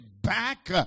back